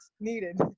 needed